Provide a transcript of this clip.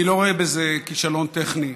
אני לא רואה בזה כישלון טכני,